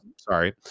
Sorry